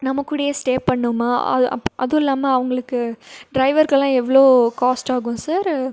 நம்மக்கூடவே stay பண்ணுமா அது அப் அதுவும் இல்லாமல் அவங்களுக்கு ட்ரைவருக்கெல்லாம் எவ்வளோ காஸ்ட் ஆகும் சார்